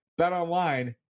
Betonline